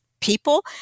people